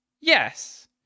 Yes